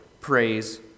praise